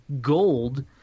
gold